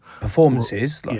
performances